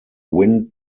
wind